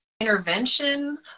intervention